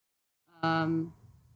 um